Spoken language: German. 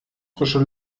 frische